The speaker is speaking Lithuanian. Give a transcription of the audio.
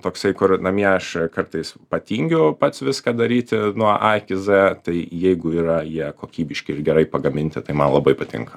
toksai kur namie aš kartais patingiu pats viską daryti nuo a iki z tai jeigu yra jie kokybiški ir gerai pagaminti tai man labai patinka